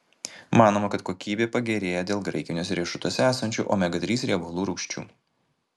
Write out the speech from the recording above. manoma kad kokybė pagerėja dėl graikiniuose riešutuose esančių omega trys riebalų rūgščių